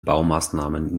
baumaßnahmen